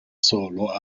solo